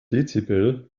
dezibel